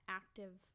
active